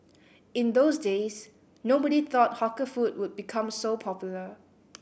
in those days nobody thought hawker food would become so popular